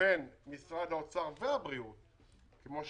כפי שאני יודע, בין משרד האוצר והבריאות לבינן,